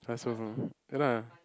I also know ya lah